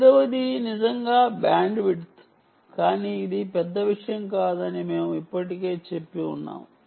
ఐదవది నిజంగా బ్యాండ్విడ్త్ కానీ ఇది పెద్ద విషయం కాదు అని మేము ఇప్పటికే చెప్పి ఉన్నాము